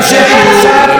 של חבר הכנסת עופר כסיף,